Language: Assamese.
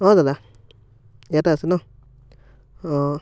অ' দাদা ইয়াতে আছে ন অঁ